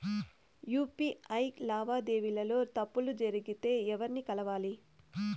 UPI లావాదేవీల లో తప్పులు జరిగితే ఎవర్ని కలవాలి?